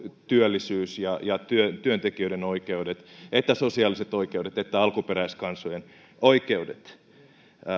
työllisyys työntekijöiden oikeudet sosiaaliset oikeudet ja alkuperäiskansojen oikeudet